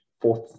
fourth